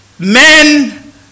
Men